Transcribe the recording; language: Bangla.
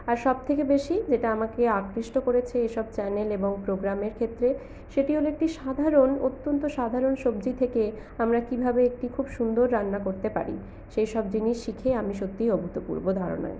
আর সব থেকে বেশি যেটা আমাকে আকৃষ্ট করেছে এসব চ্যানেল এবং প্রোগ্রামের ক্ষেত্রে সেটি হল একটি সাধারণ অত্যন্ত সাধারণ সবজি থেকে আমরা কীভাবে একটি খুব সুন্দর রান্না করতে পারি সেই সব জিনিস শিখে আমি সত্যি অভূতপূর্ব ধারণা